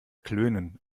klönen